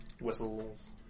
Whistles